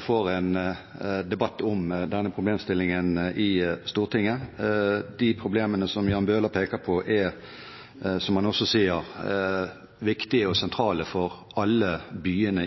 får en debatt om denne problemstillingen i Stortinget. De problemene som Jan Bøhler peker på, er, som han også sier, viktige og sentrale for alle byene